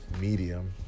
Medium